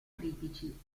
critici